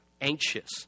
anxious